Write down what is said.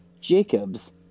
Jacobs